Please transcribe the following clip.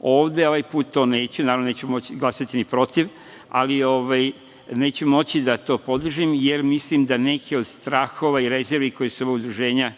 ovde. Ovaj put to neću. Naravno, neću glasati ni protiv, ali neću moći da to podržim, jer mislim da neki od strahova i rezervi koje su ova udruženja